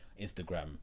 instagram